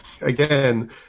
again